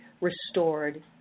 restored